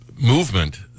movement